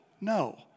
no